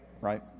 right